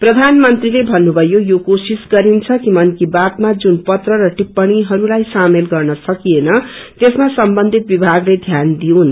प्रधानमंत्रीले भन्नुभयो यो कोशिश गरिन्छ कि मनकी बातमा जुन पत्र र टिप्पणीहरूलाई शामेल गर्न सकिएन त्यसमा सम्बन्धित विभागले ध्यान दिउन्